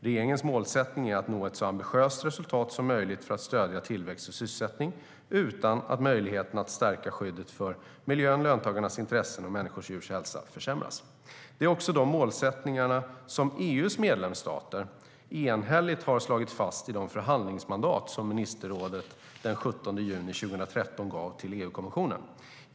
Regeringens målsättning är att nå ett så ambitiöst resultat som möjligt för att stödja tillväxt och sysselsättning utan att möjligheten att stärka skyddet för miljön, löntagarnas intressen och människors och djurs hälsa försämras. Det är också de målsättningar som EU:s medlemsstater enhälligt har slagit fast i det förhandlingsmandat som ministerrådet den 17 juni 2013 gav till EU-kommissionen.